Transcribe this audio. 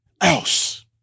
else